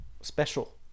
special